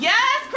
Yes